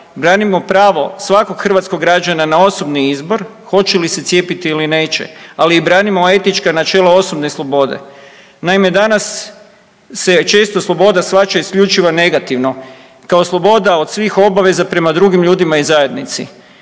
branimo pravo svakog hrvatskog građana na osobini izbor hoće li se cijepiti ili neće, ali i branimo i etička načela osobne slobode. Naime, danas se često sloboda shvaća isključivo negativno kao sloboda od svih obaveza prema drugim ljudima i zajednici,